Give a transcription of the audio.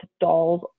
dolls